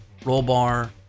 Rollbar